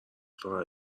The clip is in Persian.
فقط